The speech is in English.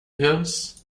yours